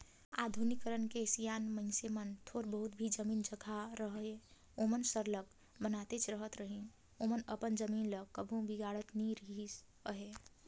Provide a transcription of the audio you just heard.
आधुनिकीकरन के सियान मइनसे मन थोर बहुत भी जमीन जगहा रअहे ओमन सरलग बनातेच रहत रहिन ओमन अपन जमीन ल कभू बिगाड़त नी रिहिस अहे